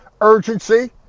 urgency